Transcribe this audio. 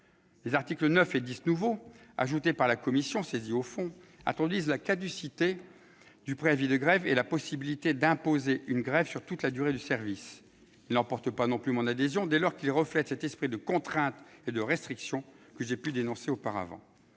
Les articles 9 et 10 nouveaux, ajoutés par la commission saisie au fond, introduisent la caducité du préavis de grève et la possibilité d'imposer une grève sur toute la durée du service. Ils n'emportent pas non plus mon adhésion, dès lors qu'ils reflètent cet esprit de contrainte et de restriction que j'ai pu dénoncer auparavant.